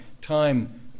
time